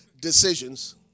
decisions